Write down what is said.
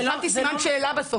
אני שמתי סימן שאלה בסוף.